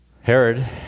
Herod